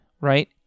right